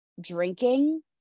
drinking